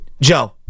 Joe